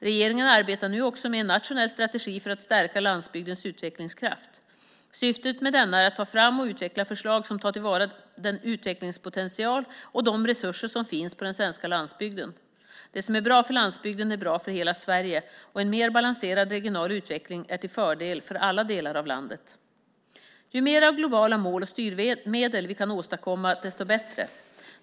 Regeringen arbetar nu också med en nationell strategi för att stärka landsbygdens utvecklingskraft. Syftet med denna är att ta fram och utveckla förslag som tar till vara den utvecklingspotential och de resurser som finns på den svenska landsbygden. Det som är bra för landsbygden är bra för hela Sverige, och en mer balanserad regional utveckling är till fördel för alla delar av landet. Ju mer av globala mål och styrmedel vi kan åstadkomma, desto bättre.